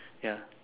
ya